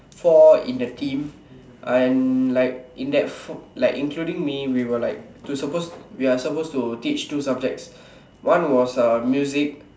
four in a team and like in that like including me we were like to suppose we are suppose to teach two subjects one was music